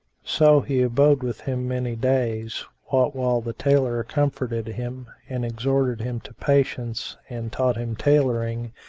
so he abode with him many days, what while the tailor comforted him and exhorted him to patience and taught him tailoring,